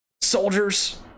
soldiers